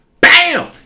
Bam